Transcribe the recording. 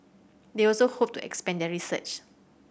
they also hope to expand their research